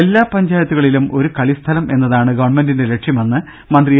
എല്ലാ പഞ്ചായത്തുകളിലും ഒരു കളി സ്ഥലം എന്നതാണ് ഗവൺമെന്റിന്റെ ലക്ഷ്യമെന്ന് മന്ത്രി എ